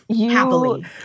Happily